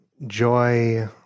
Joy